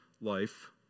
life